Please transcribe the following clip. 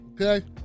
Okay